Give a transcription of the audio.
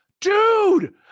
Dude